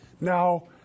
now